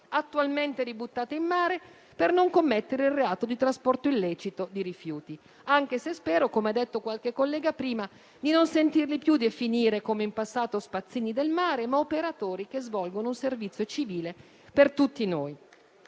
attualmente ributtata in mare per non commettere il reato di trasporto illecito di rifiuti; anche se spero, come ha detto qualche collega prima, di non sentirli più definire, come in passato, spazzini del mare, ma operatori che svolgono un servizio civile per tutti noi.